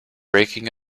breaking